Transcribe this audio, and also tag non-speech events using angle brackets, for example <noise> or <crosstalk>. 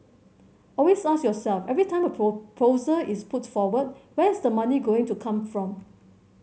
always ask yourself every time a <unintelligible> proposal is put forward where is the money going to come from